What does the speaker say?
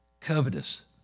Covetous